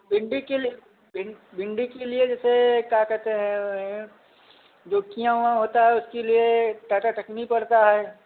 भिंडी के लिए भिं के लिए जैसे का कहते हैं जोंकिया ओकिया होता है उसके लिए टाटा टकनी पड़ता है